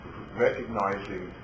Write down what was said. recognizing